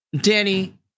Danny